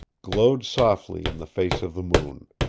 glowed softly in the face of the moon.